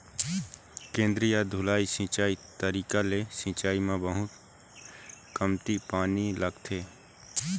केंद्रीय धुरी सिंचई तरीका ले सिंचाई म बहुत कमती पानी लागथे